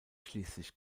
schließlich